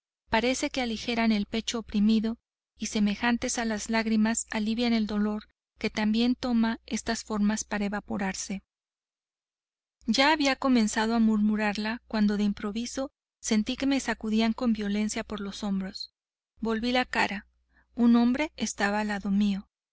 parece que aligeran el pecho oprimido y semejantes a las lágrimas alivian el dolor que también toma estas formas para evaporarse ya había comenzado a murmurarla cuando de improviso sentí que me sacudían con violencia por los hombros volví la cara un hombre estaba al lado mío